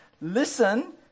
listen